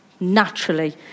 naturally